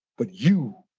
but you,